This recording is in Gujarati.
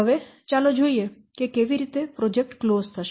હવે ચાલો જોઈએ કેવી રીતે પ્રોજેક્ટ ક્લોઝ થશે